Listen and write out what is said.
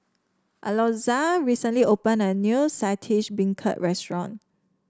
Alonza recently opened a new Saltish Beancurd restaurant